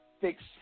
Fix